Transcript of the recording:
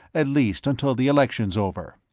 at least until the election's over.